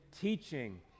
teaching